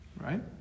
Right